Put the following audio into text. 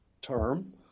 term